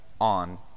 on